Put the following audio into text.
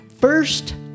first